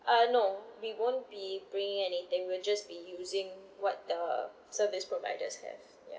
uh no we won't be bringing anything we'll just be using what the service providers have ya